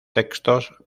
textos